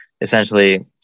essentially